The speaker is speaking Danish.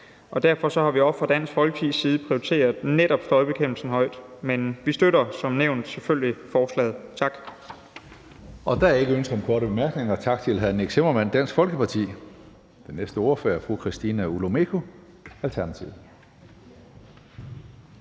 Derfor har vi også fra Dansk Folkepartis side prioriteret netop støjbekæmpelsen højt. Men vi støtter som nævnt selvfølgelig forslaget. Tak. Kl. 16:41 Tredje næstformand (Karsten Hønge): Der er ikke ønsker om korte bemærkninger. Tak til hr. Nick Zimmermann, Dansk Folkeparti. Den næste ordfører er fru Christina Olumeko, Alternativet.